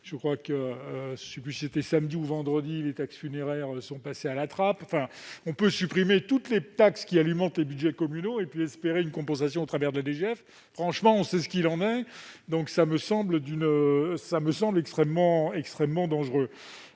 je crois que suscitait samedi, ou vendredi les taxes funéraires sont passés à la trappe, enfin on peut supprimer toutes les taxes qui alimentent les Budgets communaux et puis espérer une compensation au travers de la DGF, franchement, on sait ce qu'il en est, donc ça me semble d'une, ça me